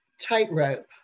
tightrope